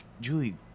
Julie